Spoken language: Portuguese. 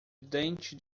dente